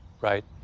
right